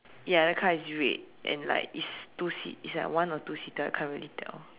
ya the car is red and like it's two seat it's like one or two seated can't really tell